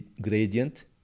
gradient